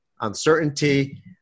uncertainty